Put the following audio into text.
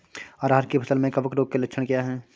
अरहर की फसल में कवक रोग के लक्षण क्या है?